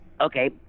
okay